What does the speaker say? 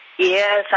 Yes